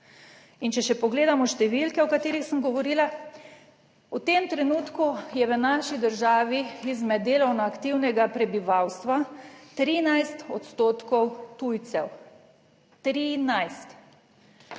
In če še pogledamo številke o katerih sem govorila. V tem trenutku je v naši državi izmed delovno aktivnega prebivalstva 13 % tujcev.